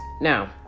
Now